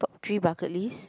top three bucket list